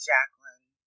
Jacqueline